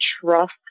trust